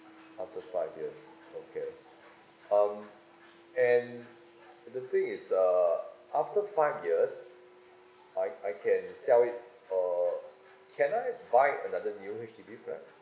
after five years okay um and other thing is uh after five years I I can sell it uh can I buy another new H_D_B flat